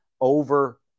over